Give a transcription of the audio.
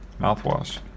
mouthwash